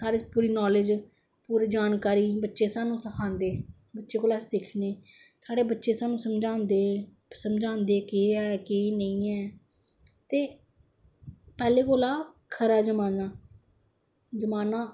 हर इक नाॅलेज पूरी जानकारी अस बच्चे कोला सिक्खने साढ़े बच्चे सानू समझांदे कि है के नेई ऐ ते पहले कोला खरा जमाना जमाना